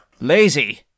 Lazy